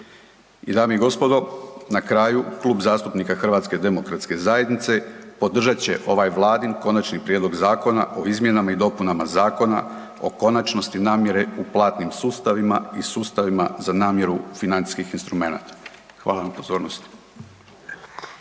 I dame i gospodo, na kraju Klub zastupnika HDZ-a podržat će ovaj vladin Konačni prijedlog zakona o izmjenama i dopunama Zakona o konačnosti namjere u platnim sustavima i sustavima za namjeru financijskih instrumenata. Hvala vam na pozornosti.